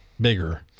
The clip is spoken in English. bigger